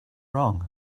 wrong